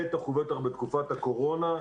בטח ובטח בתקופת הקורונה.